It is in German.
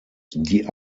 die